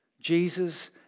Jesus